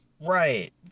right